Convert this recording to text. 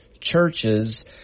churches